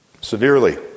Severely